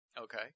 Okay